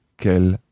qu'elle